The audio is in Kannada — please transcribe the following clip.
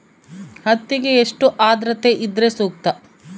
ಹತ್ತಿಗೆ ಎಷ್ಟು ಆದ್ರತೆ ಇದ್ರೆ ಸೂಕ್ತ?